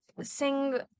sing